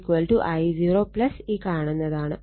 ഇത് I1 I0 ഈ കാണുന്നതുമാണ്